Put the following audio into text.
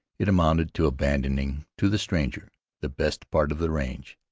it amounted to abandoning to the stranger the best part of the range.